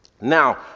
Now